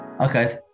Okay